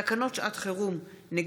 תקנות שעת חירום (הרחבת הסכם יציאה לחופשה על